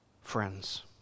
friends